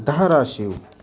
Dharashiv